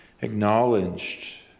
acknowledged